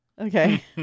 Okay